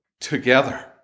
together